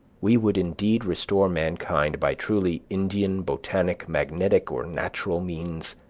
we would indeed restore mankind by truly indian, botanic, magnetic, or natural means,